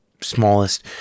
smallest